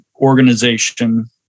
organization